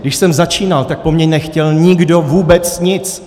Když jsem začínal, tak po mně nechtěl nikdo vůbec nic.